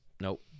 Nope